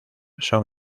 son